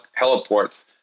heliports